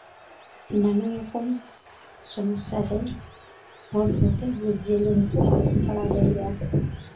ᱱᱟᱱᱟ ᱨᱚᱠᱚᱢ ᱥᱚᱢᱚᱥᱥᱟ ᱨᱮ ᱦᱚᱲ ᱥᱟᱛᱮᱜ ᱡᱤᱵᱽᱼᱡᱤᱭᱟᱹᱞᱤ ᱦᱚᱸᱠᱚ ᱯᱟᱲᱟᱣ ᱫᱟᱲᱮᱭᱟᱜᱼᱟ